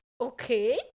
okay